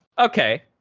Okay